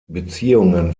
beziehungen